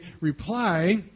reply